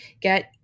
get